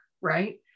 Right